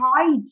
hide